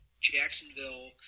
Jacksonville